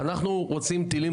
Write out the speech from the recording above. מי מפריע לך להוציא?